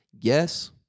yes